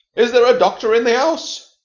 is there a doctor in the house?